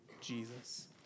Jesus